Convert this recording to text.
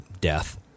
death